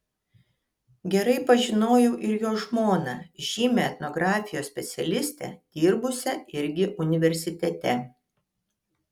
gerai pažinojau ir jo žmoną žymią etnografijos specialistę dirbusią irgi universitete